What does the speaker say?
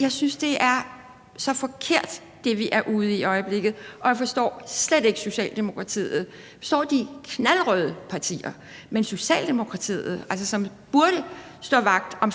Jeg synes, at det, vi er ude i i øjeblikket, er så forkert, og jeg forstår slet ikke Socialdemokratiet. Jeg forstår de knaldrøde partier, men Socialdemokratiet, som burde stå vagt om